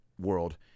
world